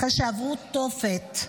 אחרי שעברו תופת.